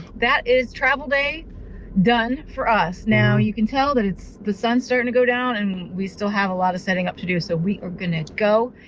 that is travel day done for us. now you can tell that the sun's starting to go down and we still have a lot of setting up to do, so we are gonna go.